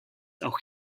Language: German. auch